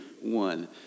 one